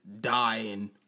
Dying